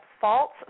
false